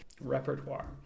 repertoire